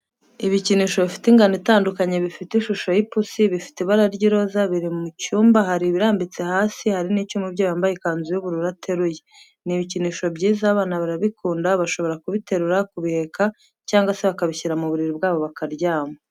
Ibikinisho bifite ingano itandukanye bifite ishusho y'ipusi, bifite ibara ry'iroza, biri mu cyumba hari ibirambitse hasi hari n'icyo umubyeyi wambaye ikanzu y'ubururu ateruye, ni ibikinisho byiza, abana barabikunda bashobora kubiterura, kubiheka cyangwa se bakabishyira mu buriri bwabo bakaryamana.